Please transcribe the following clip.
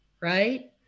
right